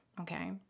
okay